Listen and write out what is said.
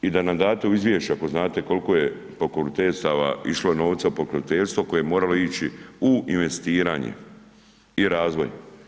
I da nam date u izvješće, ako znate koliko je pokroviteljstava išlo novca u pokroviteljstvo, koje je moralo ići u investiranje i razvoj.